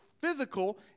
physical